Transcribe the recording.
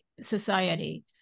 society